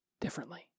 differently